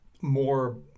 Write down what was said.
more